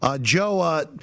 Joe